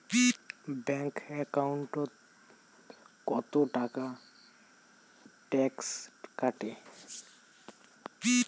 Bank একাউন্টত কতো টাকা ট্যাক্স কাটে?